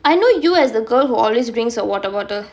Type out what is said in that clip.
I know you as the girl who always brings a water bottle